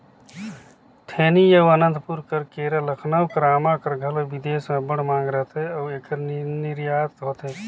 थेनी अउ अनंतपुर कर केरा, लखनऊ कर आमा कर घलो बिदेस में अब्बड़ मांग रहथे अउ एकर निरयात होथे